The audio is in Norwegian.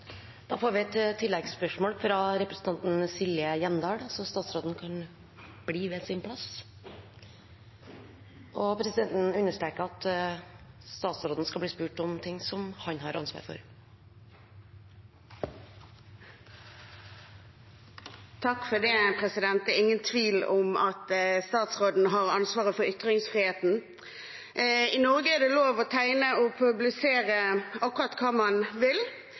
Silje Hjemdal – til oppfølgingsspørsmål. Presidenten understreker at statsråden skal bli spurt om ting som han har ansvaret for. Det er ingen tvil om at statsråden har ansvar for ytringsfriheten. I Norge er det lov å tegne og publisere akkurat hva man vil.